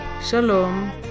Shalom